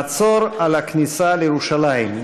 מצור על הכניסה לירושלים.